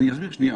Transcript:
אסביר שנייה.